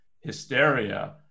hysteria